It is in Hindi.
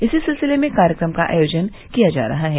इसी सिलसिले में कार्यक्रम का आयोजन किया जा रहा है